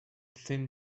thin